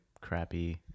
crappy